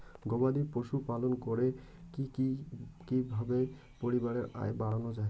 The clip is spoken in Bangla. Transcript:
গবাদি পশু পালন করে কি কিভাবে পরিবারের আয় বাড়ানো যায়?